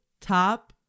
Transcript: top